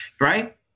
right